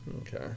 Okay